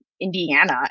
Indiana